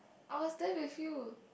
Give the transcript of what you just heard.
I was there with you